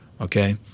okay